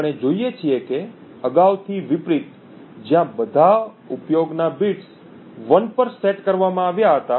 આપણે જોઈએ છીએ કે અગાઉથી વિપરીત જ્યાં બધા ઉપયોગના બિટ્સ 1 પર સેટ કરવામાં આવ્યા હતા